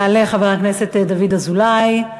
יעלה חבר הכנסת דוד אזולאי,